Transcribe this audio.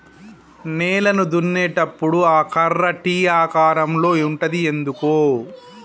నేలను దున్నేటప్పుడు ఆ కర్ర టీ ఆకారం లో ఉంటది ఎందుకు?